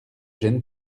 gêne